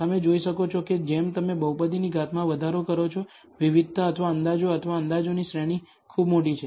તમે જોઈ શકો છો કે જેમ તમે બહુપદીની ઘાતમાં વધારો કરો છો વિવિધતા અથવા અંદાજો અથવા અંદાજોની શ્રેણી ખૂબ મોટી છે